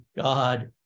God